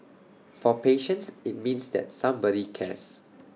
for patients IT means that somebody cares